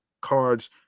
cards